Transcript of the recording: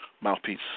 Mouthpiece